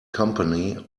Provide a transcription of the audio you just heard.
company